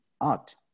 art